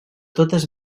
totes